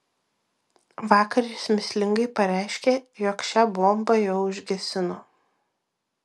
vakar jis mįslingai pareiškė jog šią bombą jau užgesino